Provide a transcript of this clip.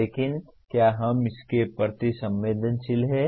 लेकिन क्या हम इसके प्रति संवेदनशील हैं